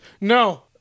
No